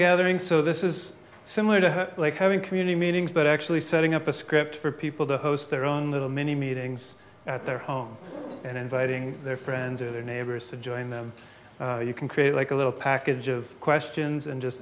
gathering so this is similar to what like having community meetings but actually setting up a script for people to host their own little mini meetings at their home and inviting their friends or their neighbors to join them you can create like a little package of questions and just